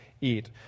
eat